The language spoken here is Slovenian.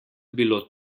bilo